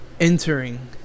entering